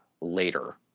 later